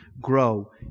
grow